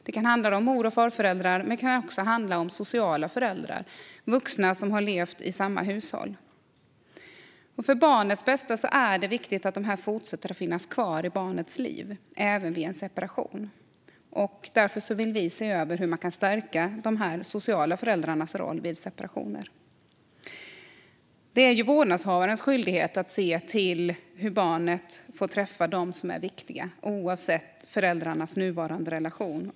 Det kan handla om mor och farföräldrar, men det kan även handla om sociala föräldrar, vuxna som har levt i samma hushåll. För barnets bästa är det viktigt att de fortsätter att finnas kvar i barnets liv, även vid en separation. Därför vill vi se över hur man kan stärka den sociala förälderns roll vid separationer. Det är vårdnadshavarens skyldighet att se till att barnet får träffa dem som är viktiga, oavsett föräldrarnas nuvarande relation.